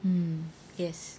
um yes